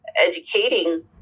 educating